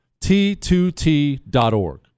t2t.org